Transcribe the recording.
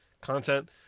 content